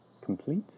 complete